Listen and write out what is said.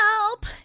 help